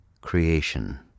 Creation